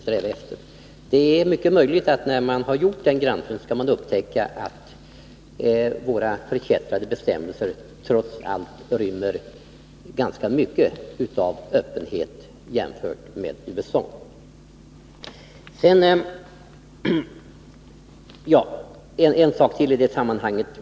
Det är mycket möjligt att fru Theorin efter en sådan granskning kommer att upptäcka att våra förkättrade bestämmelser trots allt rymmer ganska mycket av öppenhet jämfört med motsvarande förhållanden i USA. Ytterligare en sak i detta sammanhang.